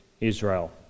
Israel